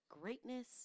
greatness